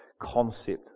concept